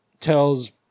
tells